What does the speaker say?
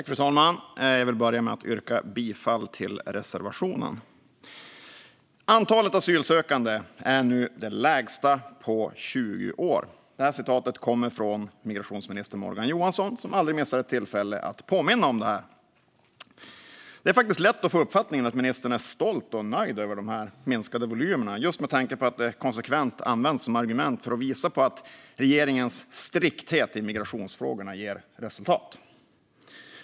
Fru talman! Jag vill börja med att yrka bifall till reservationen. Antalet asylsökande är nu det lägsta på 20 år. Det uttalandet kommer från migrationsminister Morgan Johansson, som aldrig missar ett tillfälle att påminna om detta. Det är faktiskt lätt att få uppfattningen att ministern är stolt och nöjd över de minskade volymerna, just med tanke på att de konsekvent används som argument för att visa att regeringens strikthet i migrationsfrågorna ger resultat.